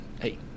hey